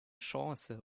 chance